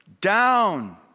down